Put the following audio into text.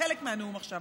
חלק מהנאום עכשיו,